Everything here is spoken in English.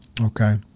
okay